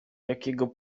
jakiego